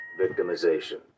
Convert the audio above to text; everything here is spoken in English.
victimization